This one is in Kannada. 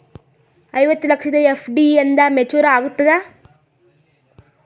ಐವತ್ತು ಲಕ್ಷದ ಎಫ್.ಡಿ ಎಂದ ಮೇಚುರ್ ಆಗತದ?